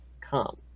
come